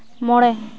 ᱢᱚᱬᱮ